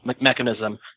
mechanism